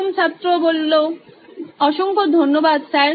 প্রথম ছাত্র অসংখ্য ধন্যবাদ স্যার